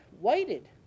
waited